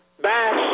Bash